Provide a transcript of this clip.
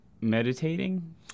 meditating